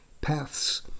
paths